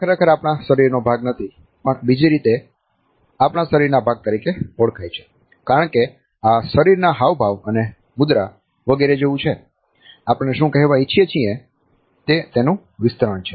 આ ખરેખર આપણા શરીરનો ભાગ નથી પણ બીજી રીતે એ આપણા શરીરના ભાગ તરીકે ઓળખાય છે કારણ કે આ શરીરના હાવભાવ અને મુદ્રા વગેરે જેવું છે આપણે શું કહેવા ઇચ્છીએ છીએ તે તેનું વિસ્તરણ છે